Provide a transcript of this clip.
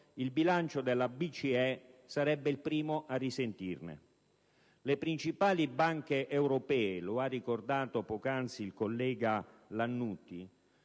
il bilancio della BCE sarebbe il primo a risentirne. Le principali banche europee - lo ha ricordato poc'anzi il collega Lannutti